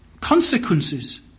consequences